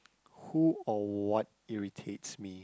who or what irritates me